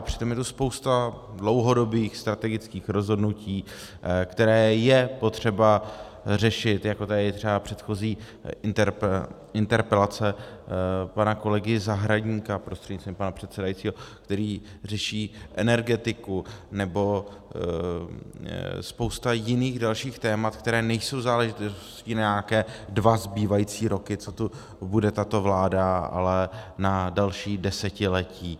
A přitom je to spousta dlouhodobých strategických rozhodnutí, které je potřeba řešit, jako třeba tady předchozí interpelace pana kolegy Zahradníka prostřednictvím pana předsedajícího, který řeší energetiku, nebo spousta jiných dalších témat, která nejsou záležitostí na nějaké dva zbývající roky, co tu bude tato vláda, ale na další desetiletí.